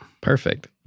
perfect